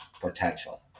potential